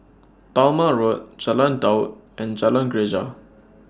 Talma Road Jalan Daud and Jalan Greja